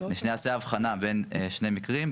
ושנעשה הבחנה בין שתי מקרים.